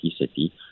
City